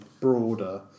broader